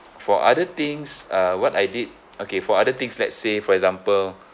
for other things uh what I did okay for other things let's say for example